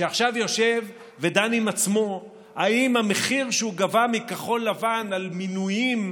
שעכשיו יושב ודן עם עצמו אם המחיר שהוא גבה מכחול לבן על מינויים